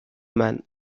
man